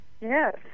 Yes